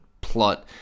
plot